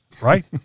right